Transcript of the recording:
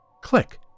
Click